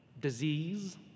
disease